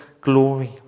glory